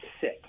sick